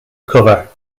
cover